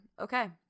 Okay